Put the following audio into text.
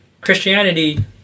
Christianity